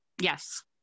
yes